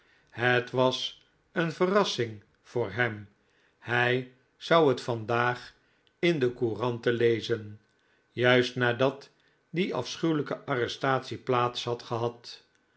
het was een verrassing voor hem hij zou het vandaag in de couranten lezen juist nadat die afschuwelijke arrestatie plaats had gehad